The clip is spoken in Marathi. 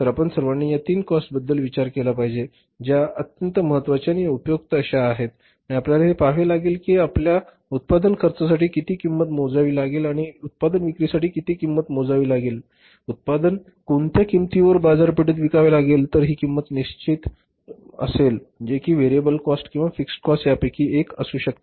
तर आपण सर्वानी या तीन कॉस्ट बद्दल विचार केला पाहिजे ज्या अत्यंत महत्वाच्या आणि उपयुक्त अश्या आहेत आणि आपल्याला हे पहावे लागेल की आपल्या उत्पादन खर्चासाठी किती किंमत मोजावी लागेल आणि उत्पादन विक्रीसाठी किती किंमत मोजावी लागेल उत्पादन कोणत्या किंमतीवर बाजारपेठत विकावे लागेलतर हि किंमत निर्णय निश्चिती किंमत असेल जे कि व्हेरिएबल कॉस्ट किंवा फिक्स्ड कॉस्ट यापैकी एक असू शकते